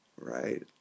Right